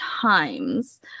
times